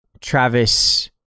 Travis